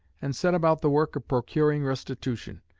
and set about the work of procuring restitution.